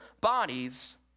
bodies